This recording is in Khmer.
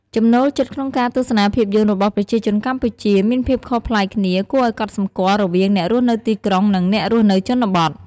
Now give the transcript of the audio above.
ចំណូលចិត្តក្នុងការទស្សនាភាពយន្តរបស់ប្រជាជនកម្ពុជាមានភាពខុសប្លែកគ្នាគួរឱ្យកត់សម្គាល់រវាងអ្នករស់នៅទីក្រុង និងអ្នករស់នៅជនបទ។